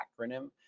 acronym